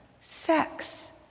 sex